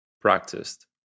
practiced